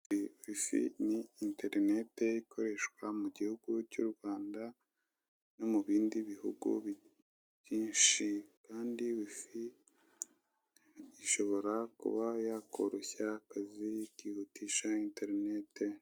Wifi ni interineti ikoreshwa mu gihugu cy'u Rwanda no mu bindi bihugu byinshi kandi wifi ishobora kuba yakoroshya akazi ikihutisha interinete.